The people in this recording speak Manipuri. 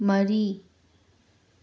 ꯃꯔꯤ